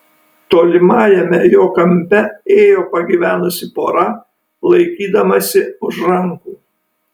tolimajame jo kampe ėjo pagyvenusi pora laikydamasi už rankų